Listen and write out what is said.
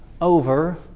over